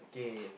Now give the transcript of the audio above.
okay